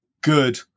good